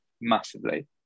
massively